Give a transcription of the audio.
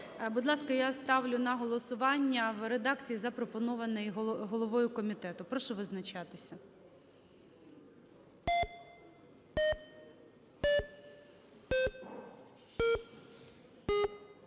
Будь ласка, я ставлю на голосування в редакції, запропонованій головою комітету. Прошу визначатися.